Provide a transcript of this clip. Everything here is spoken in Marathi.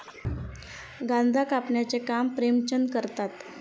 गांजा कापण्याचे काम प्रेमचंद करतात